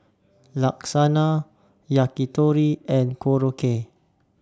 Lasagna Yakitori and Korokke